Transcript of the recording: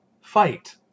Fight